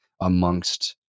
amongst